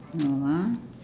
no ah